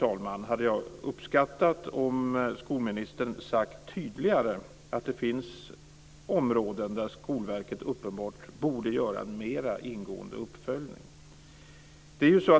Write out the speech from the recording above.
Däremot hade jag uppskattat om skolministern sagt tydligare att det finns områden där Skolverket uppenbart borde göra en mer ingående uppföljning.